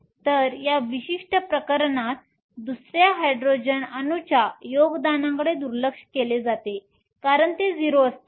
तर या विशिष्ट प्रकरणात दुसऱ्या हायड्रोजन अणूच्या योगदानाकडे दुर्लक्ष केले जाते कारण ते 0 असते